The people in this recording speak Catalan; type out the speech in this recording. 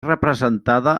representada